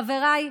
חבריי,